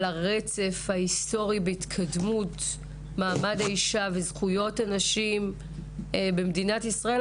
הרצף ההיסטורי בהתקדמות מעמד האישה וזכויות נשים במדינת ישראל,